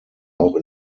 auch